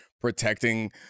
protecting